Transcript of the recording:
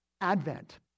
Advent